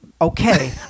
Okay